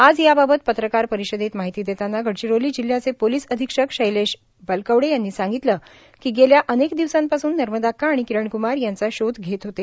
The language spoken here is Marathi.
आज याबाबत पत्रकार परिषदेत माहिती देताना गडचिरोली जिल्ह्याचे पोलिस अधीक्षक शैलेश बलकवडे यांनी सांगितलं की गेल्या अनेक दिवसांपासून नर्मदाक्का आणि किरणक्मार यांचा शोध घेत होते